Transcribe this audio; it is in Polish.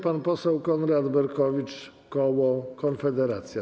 Pan poseł Konrad Berkowicz, koło Konfederacja.